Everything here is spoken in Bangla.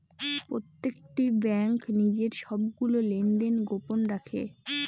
প্রত্যেকটি ব্যাঙ্ক নিজের সবগুলো লেনদেন গোপন রাখে